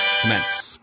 Commence